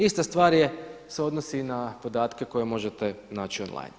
Ista stvar je, se odnosi i na podatke koje možete naći on-line.